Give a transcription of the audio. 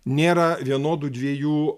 nėra vienodų dviejų